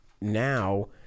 now